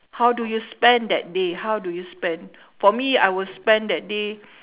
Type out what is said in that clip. how do you spend that day how do you spend for me I will spend that day